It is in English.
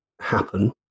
happen